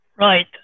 Right